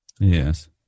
Yes